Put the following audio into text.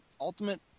ultimate